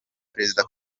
perezida